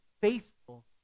faithful